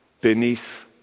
beneath